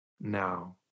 now